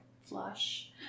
flush